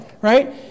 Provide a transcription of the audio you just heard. right